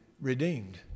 redeemed